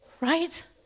right